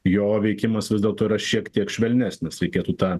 jo veikimas vis dėlto yra šiek tiek švelnesnis reikėtų tą